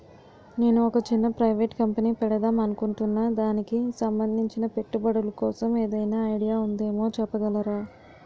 నేను ఒక చిన్న ప్రైవేట్ కంపెనీ పెడదాం అనుకుంటున్నా దానికి సంబందించిన పెట్టుబడులు కోసం ఏదైనా ఐడియా ఉందేమో చెప్పగలరా?